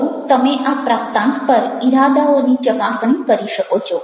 તો તમે આ પ્રાપ્તાંક પર ઈરાદાઓની ચકાસણી કરી શકો છો